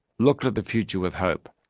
look to the future with hope,